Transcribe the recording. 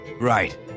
Right